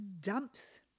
dumps